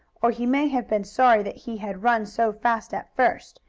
or he may have been sorry that he had run so fast at first,